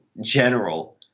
general